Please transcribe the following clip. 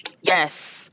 Yes